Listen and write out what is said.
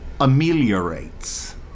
ameliorates